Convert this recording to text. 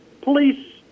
police